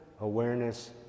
awareness